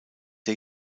der